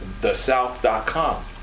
thesouth.com